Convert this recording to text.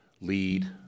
lead